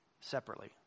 separately